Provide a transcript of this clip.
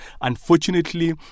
Unfortunately